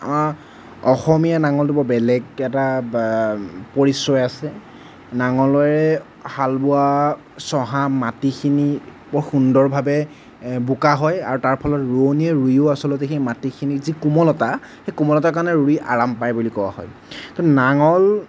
অসমীয়া নাঙলটো বৰ বেলেগ এটা বা পৰিচয় আছে নাঙলৰে হাল বোৱা ছহা মাটিখিনি বৰ সুন্দৰভাৱে বোকা হয় আৰু তাৰ ফলত ৰোঁৱনীয়ে ৰুঁইও আচলতে সেই মাটিখিনিৰ যি কোমলতা সেই কোমলতাৰ কাৰণে ৰুঁই আৰাম পায় বুলি কোৱা হয় তো নাঙল